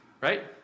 Right